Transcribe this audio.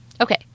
okay